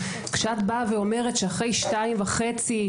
כשאת באה ואומרת שאחרי 14:30,